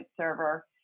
server